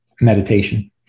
meditation